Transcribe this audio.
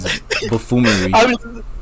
buffoonery